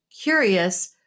curious